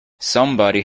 somebody